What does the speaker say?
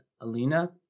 Alina